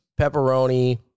pepperoni